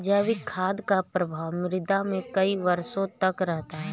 जैविक खाद का प्रभाव मृदा में कई वर्षों तक रहता है